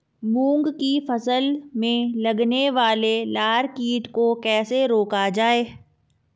मूंग की फसल में लगने वाले लार कीट को कैसे रोका जाए?